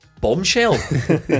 bombshell